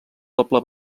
doble